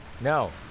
No